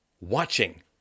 watching